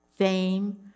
fame